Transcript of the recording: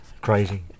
crazy